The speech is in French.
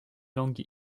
langues